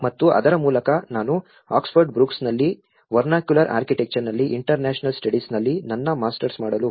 ಮತ್ತು ಅದರ ಮೂಲಕ ನಾನು ಆಕ್ಸ್ಫರ್ಡ್ ಬ್ರೂಕ್ಸ್ನಲ್ಲಿ ವರ್ನಾಕ್ಯುಲರ್ ಆರ್ಕಿಟೆಕ್ಚರ್ನಲ್ಲಿ ಇಂಟರ್ನ್ಯಾಷನಲ್ ಸ್ಟಡೀಸ್ನಲ್ಲಿ ನನ್ನ ಮಾಸ್ಟರ್ಸ್ ಮಾಡಲು ಹೋದೆ